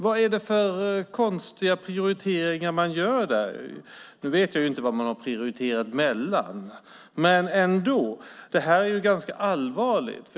Vad är det för konstiga prioriteringar man gör? Nu vet jag ju inte vad man har prioriterat mellan, men det här är ändå ganska allvarligt.